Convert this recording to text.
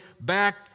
back